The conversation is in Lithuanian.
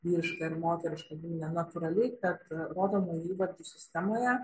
vyrišką ir moterišką giminę natūraliai kad rodomųjų įvardžių sistemoje